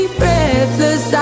breathless